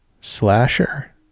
slasher